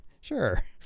sure